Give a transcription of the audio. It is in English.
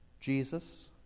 Jesus